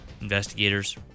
Investigators